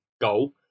goal